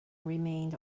remained